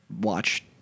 watch